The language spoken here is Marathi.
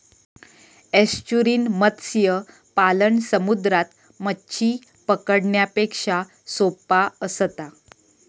एस्चुरिन मत्स्य पालन समुद्रात मच्छी पकडण्यापेक्षा सोप्पा असता